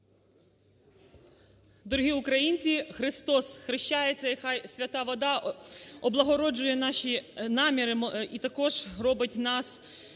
Дорогі українці, Христосхрещається! І хай свята вода облагороджує наші наміри і також робить нас